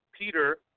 Peter